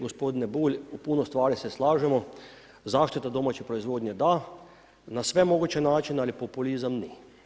Gospodine Bulj, u puno stvari se slažemo, zaštite domaće proizvodnje da, na sve moguće načine ali populizam ne.